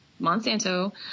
Monsanto